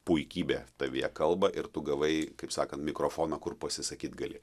puikybė tavyje kalba ir tu gavai kaip sakan mikrofoną kur pasisakyt gali